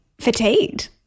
fatigued